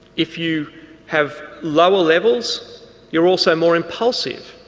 if you have lower levels you're also more impulsive.